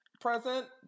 present